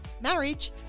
marriage